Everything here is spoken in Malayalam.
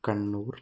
കണ്ണൂർ